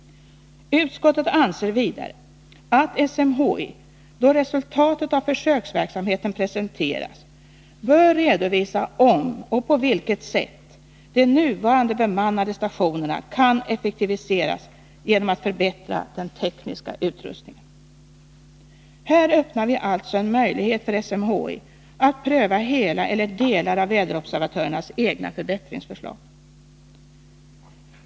Utskottet anser vidare att SMHI då resultatet av försöksverksamheten presenteras bör redovisa om och på vilket sätt de nuvarande bemannade stationerna kan effektiviseras genom att förbättra den tekniska utrustningen. Här öppnar vi alltså en möjlighet för SMHI att pröva hela eller delar av väderobservatörernas egna förbättringsförslag.